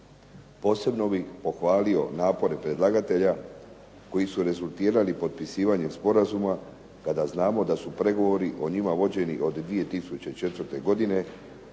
Posebno bih pohvalio napore predlagatelja koji su rezultirali potpisivanjem sporazuma kada znamo da su pregovori o njima vođeni od 2004. godine,